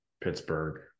Pittsburgh